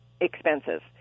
expenses